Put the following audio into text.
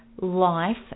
life